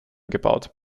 gebaut